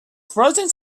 frozen